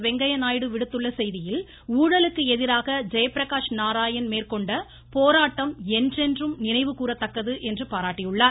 வெங்கய்ய நாயுடு விடுத்துள்ள செய்தியில் ஊழலுக்கு எதிராக ஜெயபிரகாஷ் நாராயணன் மேற்கொண்ட போராட்டம் என்றென்றும் நினைவு கூறத்தக்கது என்று பாராட்டியுள்ளார்